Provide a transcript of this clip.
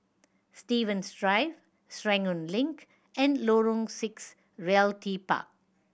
Stevens Drive Serangoon Link and Lorong Six Realty Park